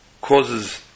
causes